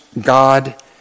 God